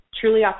truly